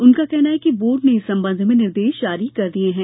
उनका कहना है कि बोर्ड ने इस संबंध में निर्देश जारी कर दिये हैं